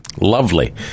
Lovely